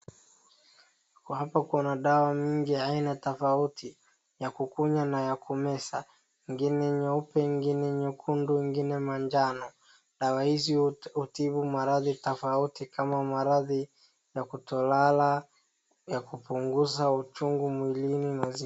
Hapa kuna dawa mingi aina tofauti ya kukunywa na ya kumeza ingine nyeupe, ingine nyekundu, ingine manjano. Dawa hizi hutibu maradhi tofauti kama maradhi ya kutolala, ya kupunguza uchungu mwilini